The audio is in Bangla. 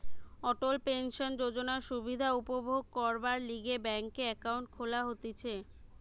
অটল পেনশন যোজনার সুবিধা উপভোগ করবার লিগে ব্যাংকে একাউন্ট খুলা হতিছে